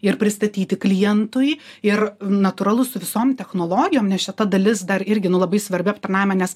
ir pristatyti klientui ir natūralu su visom technologijom nes šita dalis dar irgi nu labai svarbi aptarnavime nes